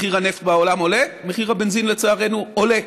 מחיר הנפט בעולם יורד, מחיר הבנזין, לצערנו, עולה.